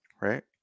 right